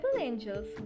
angels